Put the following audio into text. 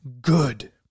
good